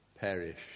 perish